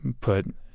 put